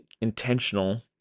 intentional